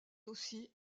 aussi